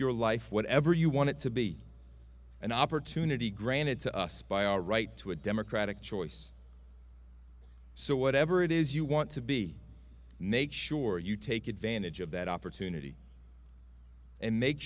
your life whatever you want it to be an opportunity granted to us by a right to a democratic choice so whatever it is you want to be make sure you take advantage of that opportunity and make